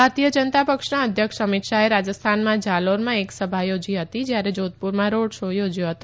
ભારતીય જનતા પક્ષના અધ્યક્ષ અમિત શાહે રાજસ્થાનમાં જાલોરમાં એક સભા યોજી હતી જયારે જાધપુરમાં રોડ શો યોજયો હતો